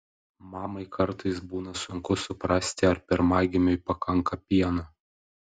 mamai kartais būna sunku suprasti ar pirmagimiui pakanka pieno